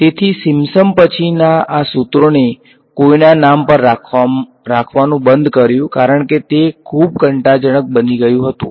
તેથી સિમ્પસન પછીના આ સૂત્રોને કોઈના નામ પર રાખવાનું બંધ કર્યું કારણ કે તે ખૂબ કંટાળાજનક બની ગયું હતું